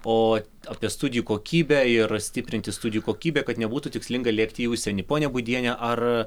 o apie studijų kokybę ir stiprinti studijų kokybę kad nebūtų tikslinga lėkti į užsienį ponia būdiene ar